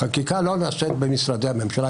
החקיקה לא נעשית במשרדי הממשלה,